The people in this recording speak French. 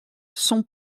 son